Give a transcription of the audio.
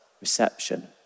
reception